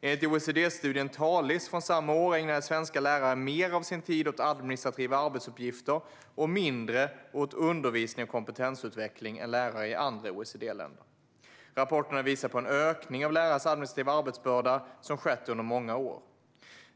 Enligt OECD-studien Talis från samma år ägnade svenska lärare mer av sin tid åt administrativa arbetsuppgifter och mindre åt undervisning och kompetensutveckling än lärare i andra OECD-länder. Rapporterna visade på en ökning av lärares administrativa arbetsbörda som skett under många år.